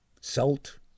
Salt